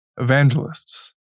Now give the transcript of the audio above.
evangelists